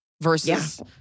versus